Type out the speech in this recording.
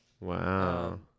Wow